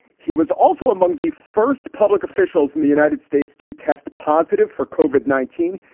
he was also among the first public officials in the united states to test positive for covert nineteen.